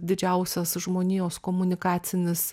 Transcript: didžiausias žmonijos komunikacinis